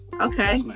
okay